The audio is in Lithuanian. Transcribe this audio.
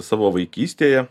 savo vaikystėje